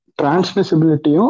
transmissibility